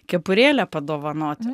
kepurėlę padovanoti